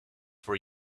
for